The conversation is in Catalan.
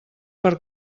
per